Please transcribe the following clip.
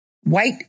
White